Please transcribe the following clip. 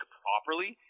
properly